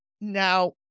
Now